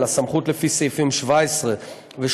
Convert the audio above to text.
הסמכות לפי סעיפים 17 ו-18,